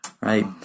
right